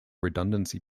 redundancy